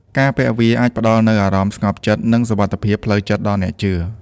ការពាក់វាអាចផ្ដល់នូវអារម្មណ៍ស្ងប់ចិត្ត និងសុវត្ថិភាពផ្លូវចិត្តដល់អ្នកជឿ។